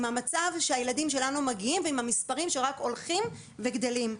עם המצב שהילדים שלנו מגיעים ועם המספרים שרק הולכים וגדלים.